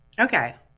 Okay